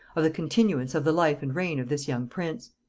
of the continuance of the life and reign of this young prince.